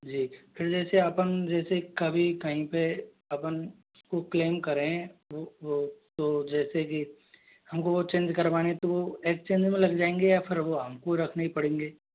जी फिर जैसे अपन जैसे कभी कहीं पे अपन को क्लैम करें वो तो जैसे कि हम को वो चेंज करवानी है तो एक्सचेंज में लग जाएंगे या फिर वो हम को रखने ही पढ़ेंगे